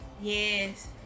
Yes